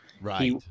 right